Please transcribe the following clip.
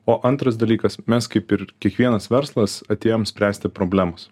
o antras dalykas mes kaip ir kiekvienas verslas atėjom spręsti problemos